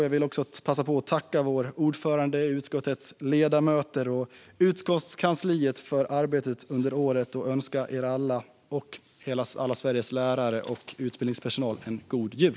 Jag vill också passa på att tacka vår utskottsordförande, utskottets ledamöter och utskottskansliet för arbetet under året och önska er alla och alla Sveriges lärare och utbildningspersonal en god jul.